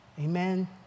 Amen